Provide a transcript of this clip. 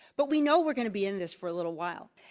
but we know we're going to be in this for a little while.